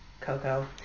Coco